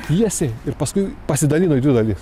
tiesiai ir paskui pasidalino dvi dalis